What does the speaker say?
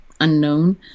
unknown